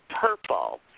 purple